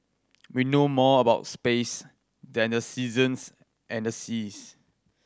we know more about space than the seasons and the seas